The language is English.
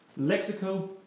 Lexico